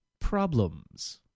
problems